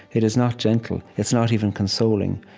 it is not gentle. it's not even consoling.